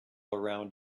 around